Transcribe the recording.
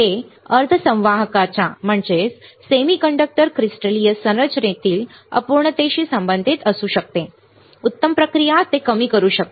हे अर्धसंवाहकांच्या क्रिस्टलीय संरचनेतील अपूर्णतेशी संबंधित असू शकते उत्तम प्रक्रिया ते कमी करू शकते